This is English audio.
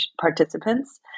participants